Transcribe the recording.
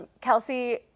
Kelsey